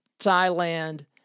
Thailand